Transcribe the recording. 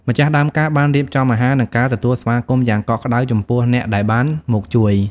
ម្ចាស់ដើមការបានរៀបចំអាហារ និងការទទួលស្វាគមន៍យ៉ាងកក់ក្ដៅចំពោះអ្នកដែលបានមកជួយ។